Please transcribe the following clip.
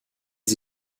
sie